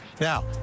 Now